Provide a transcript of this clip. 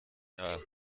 jahren